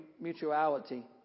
mutuality